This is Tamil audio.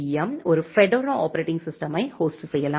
எம் ஒரு ஃபெடோரா ஆப்பரேட்டிங் சிஸ்டமை ஹோஸ்ட் செய்யலாம்